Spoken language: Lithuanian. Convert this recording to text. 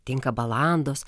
tinka balandos